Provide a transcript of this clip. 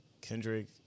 Kendrick